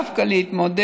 אני רוצה דווקא להתמודד